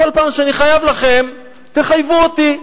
כל פעם שאני חייב לכם תחייבו אותי.